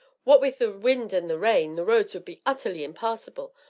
what with the wind and the rain the roads would be utterly impassable,